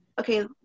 Okay